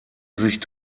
sich